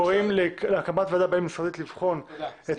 קוראים להקמת ועדה בין משרדית לבחון את